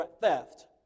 theft